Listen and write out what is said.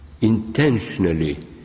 Intentionally